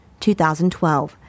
2012